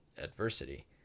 adversity